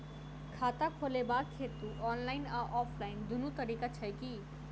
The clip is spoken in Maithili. खाता खोलेबाक हेतु ऑनलाइन आ ऑफलाइन दुनू तरीका छै की?